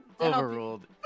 Overruled